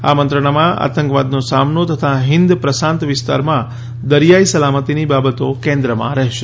આ મંત્રણામાં આતંકવાદનો સામનો તથા હિન્દ પ્રશાંત વિસ્તારમાં દરિયાઈ સલામતીની બાબતો કેન્દ્રમાં રહેશે